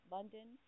London